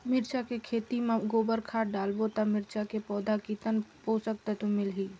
मिरचा के खेती मां गोबर खाद डालबो ता मिरचा के पौधा कितन पोषक तत्व मिलही?